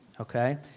okay